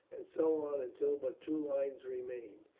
and so on until but two lines remained.